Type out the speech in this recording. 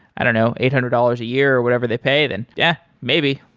i don't know, eight hundred dollars a year or whatever they pay then yeah maybe.